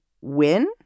win